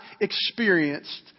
experienced